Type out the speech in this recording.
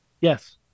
Yes